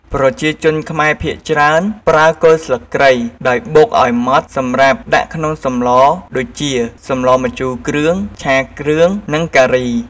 ប្រជាជនខ្មែរភាគច្រើនប្រើគល់ស្លឹកគ្រៃដោយបុកឱ្យម៉ត់សម្រាប់ដាក់ក្នុងសម្លដូចជា សម្លម្ជូរគ្រឿង, ឆាគ្រឿងនិងការី។